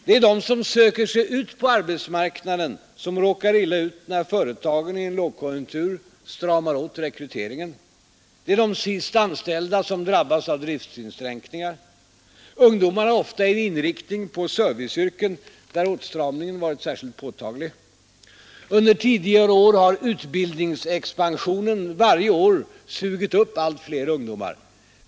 Det är de som söker sig ut på arbetsmarknaden som råkar illa ut när företagen i en lågkonjunktur stramar åt rekryteringen, det är de sist anställda som drabbas av driftinskränkningar. Ungdomarna har ofta en inriktning på serviceyrken, där åtstramningen varit särskilt påtaglig. Under tidigare år har utbildningsexpansionen varje år sugit upp allt fler ungdomar.